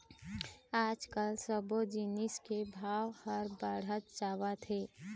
आजकाल सब्बो जिनिस के भाव ह बाढ़त जावत हे